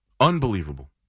Unbelievable